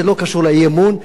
זה לא קשור לאי-אמון,